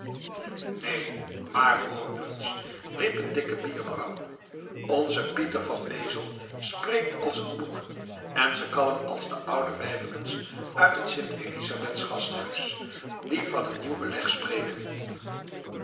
neen maar hoor eens riep een dikke bierbrouwer onze pieter van wezel spreekt als een boek en ze kallen als de oude wijfkens uit het sint elisabeths gasthuis die van een nieuw beleg spreken